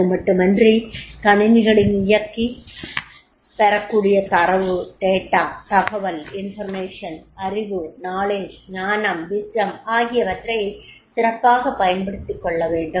அது மட்டுமன்றி கணிணிகளை இயக்கிப் பெறக்கூடிய தரவு தகவல் அறிவு ஞானம் ஆகியவற்றை சிறப்பாகப் பயன்படுத்திகொள்ளவேண்டும்